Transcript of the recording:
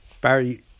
Barry